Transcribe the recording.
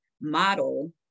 model